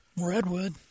redwood